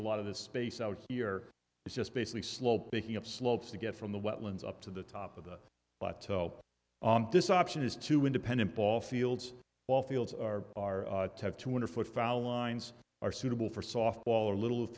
a lot of this space out here is just basically slope making of slopes to get from the wetlands up to the top of the lotto this option is to independent ball fields all fields are are two hundred foot foul lines are suitable for softball or little